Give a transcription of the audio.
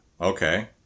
Okay